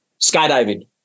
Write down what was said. Skydiving